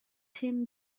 tim